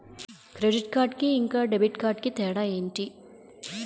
Credit card కి ఇంకా debit card కి తేడా ఏంటి?